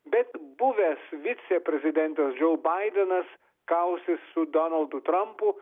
bet buvęs viceprezidentas džo baidenas kausis su donaldu trampu